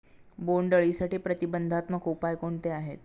बोंडअळीसाठी प्रतिबंधात्मक उपाय कोणते आहेत?